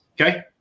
okay